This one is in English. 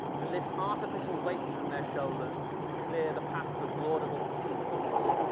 to lift artificial weights from their shoulders to clear the paths of laudable pursuit for all,